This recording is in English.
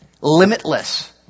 Limitless